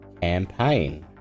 campaign